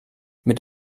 mit